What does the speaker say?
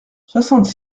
soixante